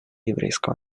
еврейского